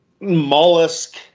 Mollusk